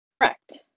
Correct